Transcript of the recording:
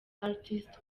artist